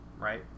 right